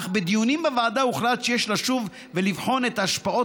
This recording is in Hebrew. אך בדיונים בוועדה הוחלט שיש לשוב ולבחון את השפעות